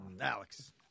Alex